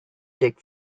take